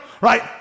Right